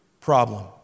problem